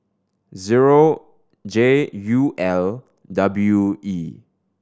zero J U L W E